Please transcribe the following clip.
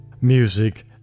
music